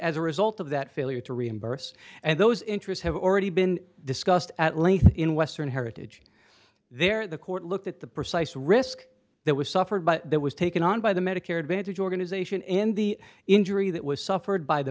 as a result of that failure to reimburse and those interests have already been discussed at length in western heritage there the court looked at the precise risk that was suffered but that was taken on by the medicare advantage organization and the injury that was suffered by the